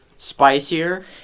Spicier